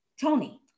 tony